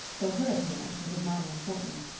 so her appearance was of minor importance.